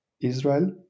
Israel